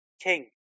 king